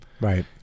Right